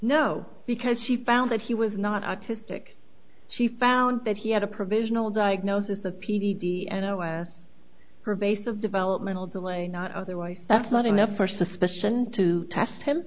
no because she found that he was not autistic she found that he had a provisional diagnosis of p t s d and pervasive developmental delay not otherwise that's not enough for suspicion to test him